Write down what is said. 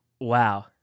Wow